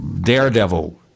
Daredevil